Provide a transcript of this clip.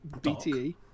BTE